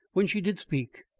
when she did speak,